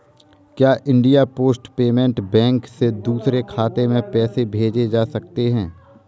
क्या India post payment bank से दूसरे खाते में पैसे भेजे जा सकते हैं?